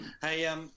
Hey